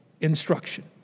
instruction